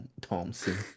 Thompson